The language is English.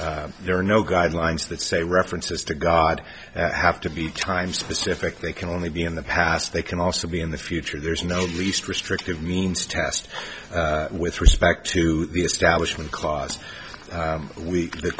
there are no guidelines that say references to god have to be time specific they can only be in the past they can also be in the future there's no the least restrictive means test with respect to the establishment clause week the